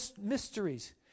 mysteries